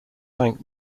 thank